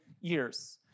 years